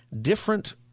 different